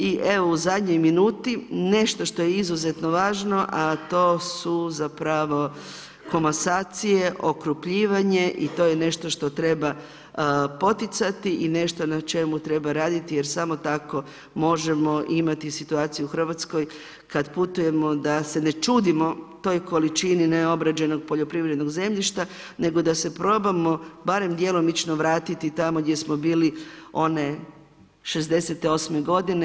I evo u zadnjoj minuti nešto što je izuzetno važno, a to su zapravo komasacije, okrupnjivanje i to je nešto što treba poticati i nešto na čemu treba raditi jer samo tako možemo imati situaciju u Hrvatskoj kad putujemo da se ne čudimo toj količini neobrađenog poljoprivrednog zemljišta, nego da se probamo barem djelomično vratiti tamo gdje smo bili one '68. godine.